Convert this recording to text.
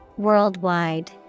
Worldwide